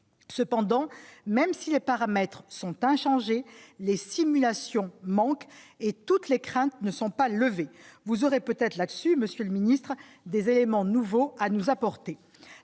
cependant, même si les paramètres sont inchangés, les simulations manque et toutes les craintes ne sont pas levées, vous aurez peut-être là-dessus monsieur le ministre, des éléments nouveaux à nous apporter